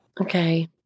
Okay